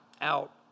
out